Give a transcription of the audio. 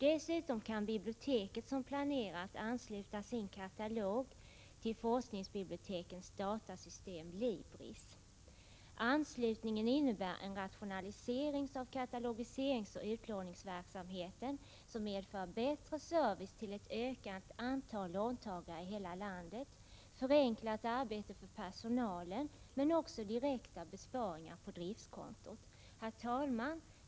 Dessutom kan biblioteket, som planerat, ansluta sin katalog till forskningsbibliotekens datasystem LIBRIS. Anslutningen innebär en rationalisering av katalogiseringsoch utlåningsverksamheten, som medför bättre service till ett ökat antal låntagare i hela landet, förenklat arbete för personalen men också direkta besparingar på driftskontot. Herr talman!